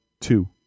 two